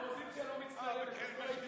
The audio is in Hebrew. גם האופוזיציה לא מצטיינת,